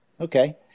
Okay